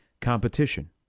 competition